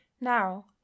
now